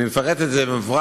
אני מפרט את זה במפורש,